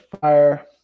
fire